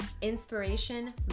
inspiration